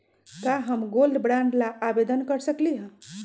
का हम gold bond ला आवेदन कर सकली ह?